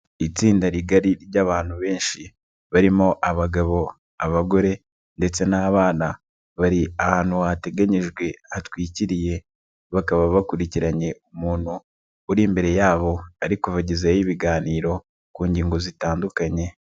Itsinda rigari ry'abantu benshi, barimo abagabo, abagore ndetse n'abana, bari ahantu hateganyijwe hatwikiriye, bakaba bakurikiranye umuntu uri imbere yabo ari kubagezaho ibiganiro ku ngingo zitandukanye.